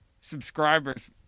Subscribers